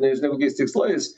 nežinau kokiais tikslais